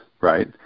right